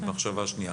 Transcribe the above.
במחשבה שנייה,